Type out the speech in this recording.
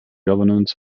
governance